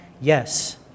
Yes